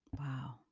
Wow